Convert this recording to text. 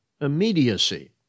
immediacy